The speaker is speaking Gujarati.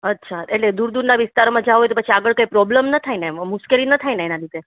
અચ્છા એટલે દૂર દૂરના વિસ્તારોમાં જાવ એટલે પછી આગળ કઈ પ્રોબ્લમ ન થાયને એમ મુશ્કેલી ન થાય ને એના લીધે